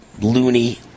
loony